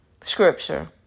scripture